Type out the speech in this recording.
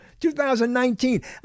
2019